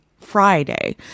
Friday